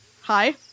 Hi